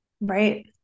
Right